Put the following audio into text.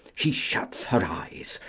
she shuts her eyes,